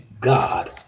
god